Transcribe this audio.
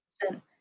percent